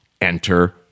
enter